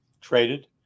traded